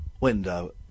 window